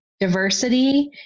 Diversity